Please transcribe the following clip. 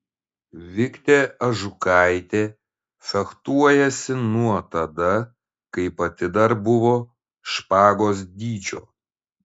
viktė ažukaitė fechtuojasi nuo tada kai pati dar buvo špagos dydžio